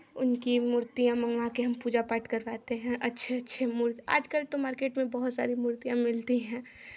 उनकी मूर्तियाँ मंगवा के हम पूजा पाठ करवाते हैं अच्छे अच्छे आजकल तो मार्केट में बहुत सारी मूर्तियाँ मिलती हैं